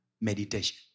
meditation